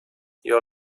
your